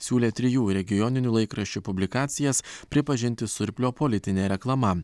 siūlė trijų regioninių laikraščių publikacijas pripažinti surplio politine reklama